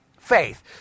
faith